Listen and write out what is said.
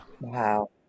Wow